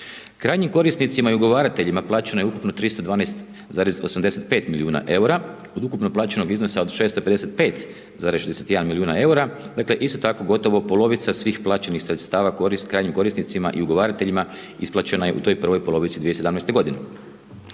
Kranjem korisnicima i ugovarateljima plaćeno je ukupno 312,85 milijuna eura, od ukupnog plaćenog iznosa od 655,61 milijuna eura, dakle, isto tako gotovo polovica svih plaćenih sredstava krajnjim korisnicima i ugovarateljima, isplaćena je u toj prvoj polovici 2017. g.